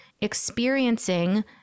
experiencing